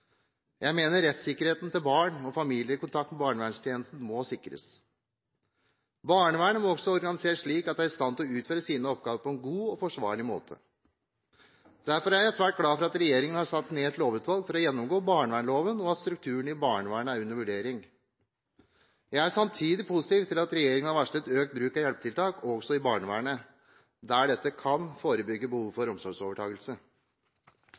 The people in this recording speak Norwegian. Jeg mener at rettssikkerheten til barn og familier i kontakt med barnevernstjenesten må sikres. Barnevernet må også organiseres slik at det er i stand til å utføre sine oppgaver på en god og forsvarlig måte. Derfor er jeg svært glad for at regjeringen har satt ned et lovutvalg for å gjennomgå barnevernloven, og for at strukturen i barnevernet er under vurdering. Jeg er samtidig positiv til at regjeringen har varslet økt bruk av hjelpetiltak også i barnevernet, der det kan forebygge